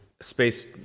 space